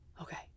Okay